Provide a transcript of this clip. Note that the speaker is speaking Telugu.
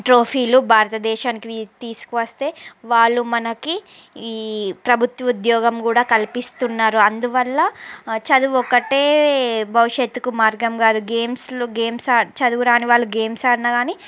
ట్రోఫీలు భారతదేశానికి తీసుకువస్తే వాళ్ళు మనకి ఈ ప్రభుత్వ ఉద్యోగం కూడా కల్పిస్తున్నారు అందువల్ల చదువు ఒకటే భవిష్యత్తుకు మార్గం కాదు గేమ్స్లు గేమ్స్ చదువు రాని వాళ్ళు గేమ్స్ ఆడినా కానీ